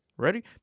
Ready